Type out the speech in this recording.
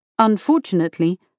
Unfortunately